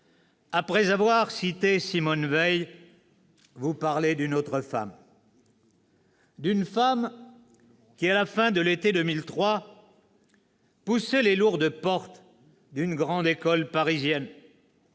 après avoir cité Simone Veil, vous parler d'une autre femme, d'une femme qui, à la fin de l'été 2003, poussait les lourdes portes d'une grande école parisienne.